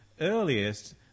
earliest